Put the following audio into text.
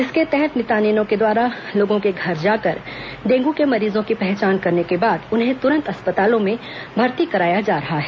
इसके तहत मितानिनों द्वारा लोगों के घर जाकर डेंगू के मरीजों की पहचान करने के बाद उन्हें तुरंत अस्पतालों में भर्ती कराया जा रहा है